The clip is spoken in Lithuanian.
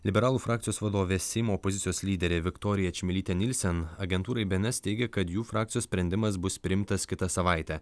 liberalų frakcijos vadovė seimo opozicijos lyderė viktorija čmilytė nilsen agentūrai bns teigė kad jų frakcijos sprendimas bus priimtas kitą savaitę